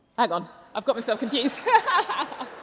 hang on, i've got myself confuseed! ah